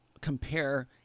compare